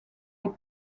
les